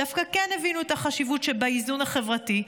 דווקא כן הבינו את החשיבות שבאיזון החברתי,